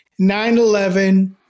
9-11